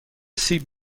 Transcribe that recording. سیب